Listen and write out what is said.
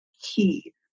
key